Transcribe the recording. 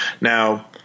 Now –